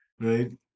right